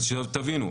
אז שתבינו.